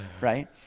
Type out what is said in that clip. Right